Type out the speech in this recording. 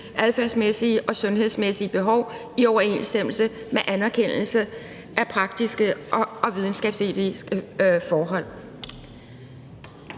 adfærdsmæssige og sundhedsmæssige behov i overensstemmelse med anerkendte praktiske og videnskabelige